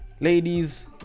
Ladies